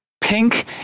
pink